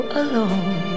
alone